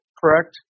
correct